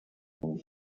woman